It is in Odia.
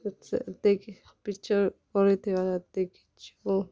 ପିକ୍ଚର୍ କରିଥିବାର୍ ଦେଖିଛୁଁ